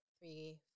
three